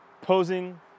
posing